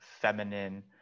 feminine